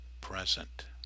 present